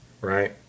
right